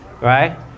Right